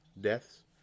deaths